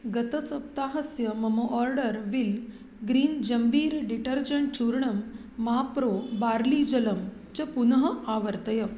गतसप्ताहस्य मम order wheel green जम्बीर् डिटर्जण्ट् चूर्णम् माप्रो बार्लीजलं च पुनः आवर्तय